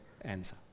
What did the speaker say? answer